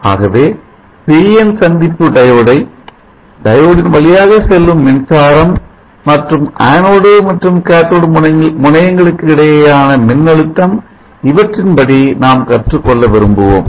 ஆகவே PN PN சந்திப்பு diode ஐ டயோடின் வழியாக செல்லும் மின்சாரம் மற்றும் ஆணோடு மற்றும் காத்தோடு முனையங்களுக்கு இடையேயான மின் அழுத்தம் இவற்றின் படி நாம் கற்றுக் கொள்ள விரும்புவோம்